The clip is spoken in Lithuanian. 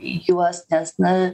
juos nes na